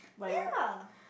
yeah